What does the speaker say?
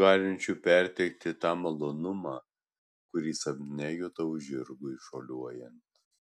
galinčių perteikti tą malonumą kurį sapne jutau žirgui šuoliuojant